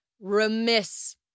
remiss